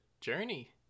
journey